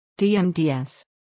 DMDS